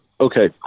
okay